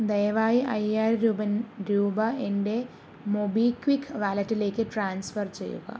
ദയവായി അയ്യായിരം രൂപ രൂപ എൻ്റെ മൊബി ക്വിക്ക് വാലറ്റിലേക്ക് ട്രാൻസ്ഫർ ചെയ്യുക